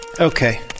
Okay